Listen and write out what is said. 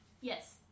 yes